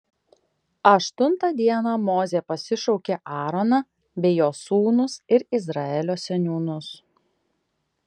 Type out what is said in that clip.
aštuntą dieną mozė pasišaukė aaroną bei jo sūnus ir izraelio seniūnus